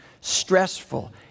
stressful